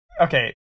okay